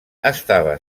estava